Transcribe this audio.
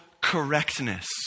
correctness